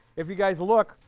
if you guys look,